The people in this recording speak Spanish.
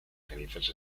cenizas